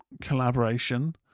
collaboration